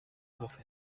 prof